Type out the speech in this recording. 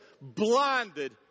blinded